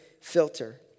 filter